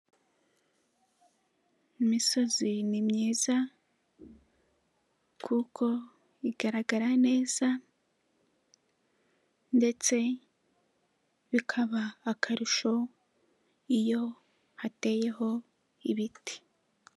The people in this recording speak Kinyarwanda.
Imisozi ni myiza, kuko igaragara neza, ndetse bikaba akarusho iyo hateyeho ibiti.